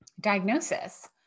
diagnosis